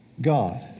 God